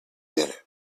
dinner